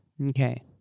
Okay